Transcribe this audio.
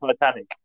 Titanic